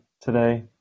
today